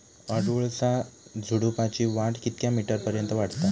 अडुळसा झुडूपाची वाढ कितक्या मीटर पर्यंत वाढता?